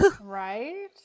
right